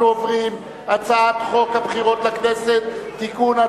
אני קובע שהצעת חוק הגנת הצרכן (תיקון,